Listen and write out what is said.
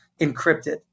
encrypted